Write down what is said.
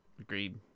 Agreed